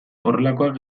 horrelakoak